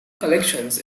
collections